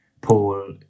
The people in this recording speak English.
Paul